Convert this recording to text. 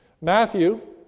Matthew